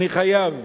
אני חייב